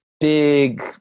big